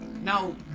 Now